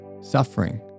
suffering